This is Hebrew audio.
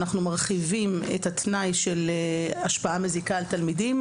אנחנו מרחיבים את התנאי של השפעה מזיקה על תלמידים,